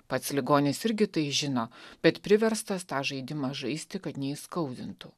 pats ligonis irgi tai žino bet priverstas tą žaidimą žaisti kad neįskaudintų